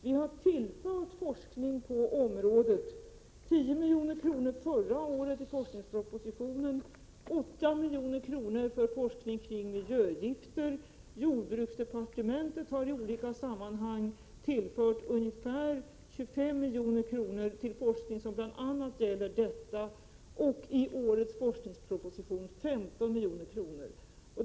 Vi har tillfört forskning på området medel: 10 milj.kr. förra året i forskningspropositionen och 8 milj.kr. för forskning om miljögifter. Jordbruksdepartementet har i olika sammanhang gett ungefär 25 milj.kr. till forskning som bl.a. gäller det här området. I årets forskningsproposition anslås 15 milj.kr.